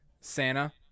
Santa